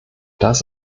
das